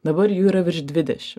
dabar jų yra virš dvideši